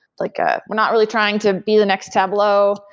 like ah we're not really trying to be the next tableau.